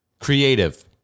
Creative